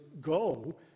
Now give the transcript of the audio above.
go